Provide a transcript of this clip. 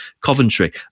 Coventry